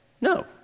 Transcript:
No